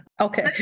Okay